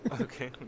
Okay